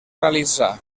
realitzà